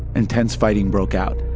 intense fighting broke out,